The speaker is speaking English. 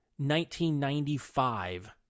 1995